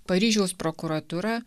paryžiaus prokuratūra